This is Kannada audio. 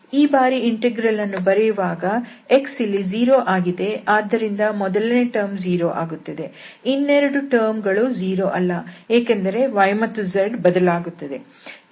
ಈ ಬಾರಿ ಈ ಇಂಟೆಗ್ರಲ್ ಅನ್ನು ಬರೆಯುವಾಗ x ಇಲ್ಲಿ 0 ಆಗಿದೆ ಆದ್ದರಿಂದ ಮೊದಲನೇ ಟರ್ಮ್ 0 ಆಗುತ್ತದೆ ಇನ್ನೆರಡು ಟರ್ಮ್ ಗಳು 0 ಅಲ್ಲ ಏಕೆಂದರೆ y ಮತ್ತು z ಬದಲಾಗುತ್ತವೆ